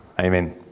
amen